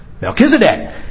Melchizedek